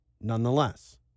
nonetheless